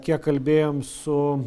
kiek kalbėjom su